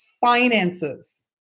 finances